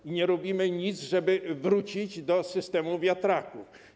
I nie robimy nic, żeby wrócić do systemu wiatraków.